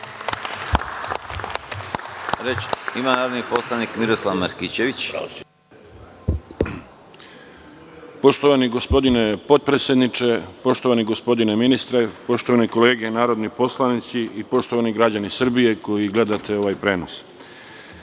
Miroslav Markićević. **Miroslav Markićević** Poštovani gospodine potpredsedniče, poštovani gospodine ministre, poštovane kolege narodni poslanici i poštovani građani Srbije koji gledate ovaj prenos,